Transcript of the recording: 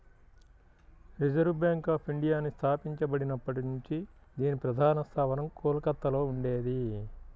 reserve bank of ఇండియాని స్థాపించబడినప్పటి నుంచి దీని ప్రధాన స్థావరం కోల్కతలో ఉండేది